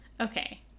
Okay